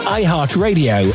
iHeartRadio